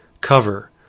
cover